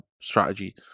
strategy